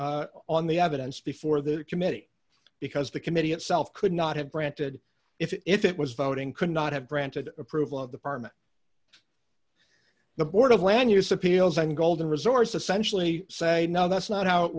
t on the evidence before the committee because the committee itself could not have granted if it was voting could not have granted approval of the parliament the board of land use appeals and golden resource essential he say no that's not how it